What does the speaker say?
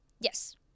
Yes